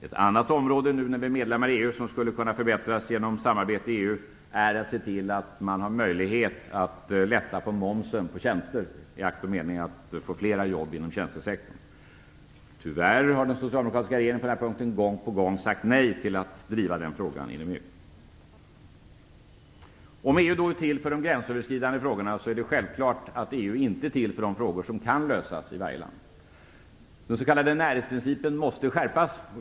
Ett annat område, nu när vi är medlemmar i EU, som skulle kunna förbättras genom samarbete i EU är att se till att man har möjlighet att lätta på momsen på tjänster i akt och mening att få flera jobb inom tjänstesektorn. Tyvärr har den socialdemokratiska regeringen gång på gång sagt nej till att driva denna fråga inom EU. Om EU då är till för de gränsöverskridande frågorna är det självklart att EU inte är till för de frågor som kan lösas i varje land. Den s.k. närhetsprincipen måste skärpas.